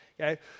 okay